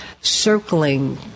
circling